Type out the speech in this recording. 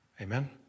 Amen